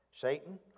Satan